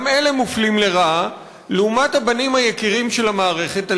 וגם אלה מופלים לרעה לעומת הבנים היקירים של המערכת,